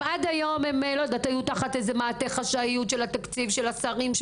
אם עד היום הם היו תחת מעטה חשאיות של התקציב או של השרים,